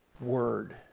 word